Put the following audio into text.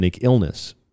illness